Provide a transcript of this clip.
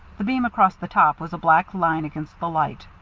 the beam across the top was a black line against the light.